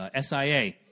SIA